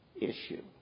issue